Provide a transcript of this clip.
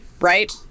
right